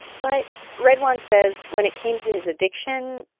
but ridwan says when it came to his addiction,